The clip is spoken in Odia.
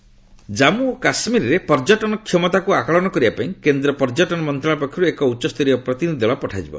ଟ୍ୟୁରିଜମ୍ ମିନିଷ୍ଟ୍ରି ଜାମ୍ମୁ ଓ କାଶ୍ମୀରରେ ପର୍ଯ୍ୟଟନ କ୍ଷମତାକୁ ଆକଳନ କରିବା ପାଇଁ କେନ୍ଦ୍ର ପର୍ଯ୍ୟଟନ ମନ୍ତ୍ରଣାଳୟ ପକ୍ଷରୁ ଏକ ଉଚ୍ଚସ୍ତରୀୟ ପ୍ରତିନିଧି ଦଳ ପଠାଯିବ